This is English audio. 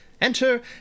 Enter